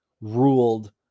ruled